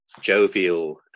jovial